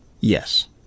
Yes